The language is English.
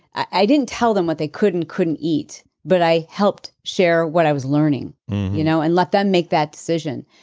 i didn't tell them what they couldn't couldn't eat. but i helped share what i was learning you know and let them make that decision.